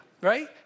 right